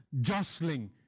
jostling